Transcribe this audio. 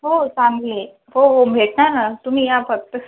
हो चांगली आहे हो हो भेटणार ना तुम्ही या फक्त